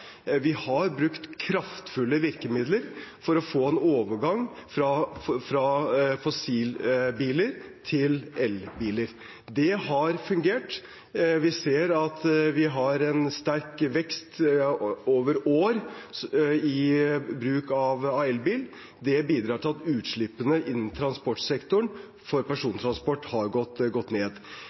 Vi har brukt kraftfulle virkemidler for å få en overgang fra fossilbiler til elbiler. Det har fungert. Vi ser at vi har en sterk vekst over år i bruk av elbil. Det bidrar til at utslippene innen transportsektoren for persontransport har gått ned.